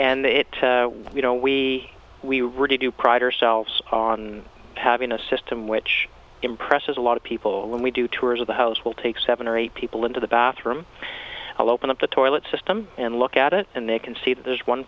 and it you know we we really do pride ourselves on having a system which impresses a lot of people when we do tours of the house will take seven or eight people into the bathroom i'll open up the toilet system and look at it and they can see that there's one